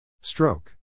Stroke